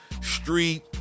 street